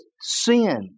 sin